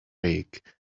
big